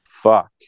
fuck